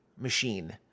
machine